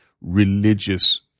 religious